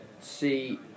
see